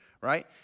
right